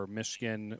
Michigan